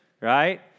right